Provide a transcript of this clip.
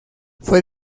fue